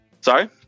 Sorry